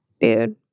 Dude